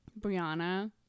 Brianna